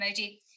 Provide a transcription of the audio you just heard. emoji